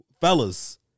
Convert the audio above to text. fellas